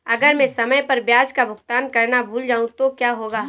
अगर मैं समय पर ब्याज का भुगतान करना भूल जाऊं तो क्या होगा?